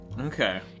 Okay